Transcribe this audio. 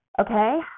okay